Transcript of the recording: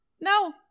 No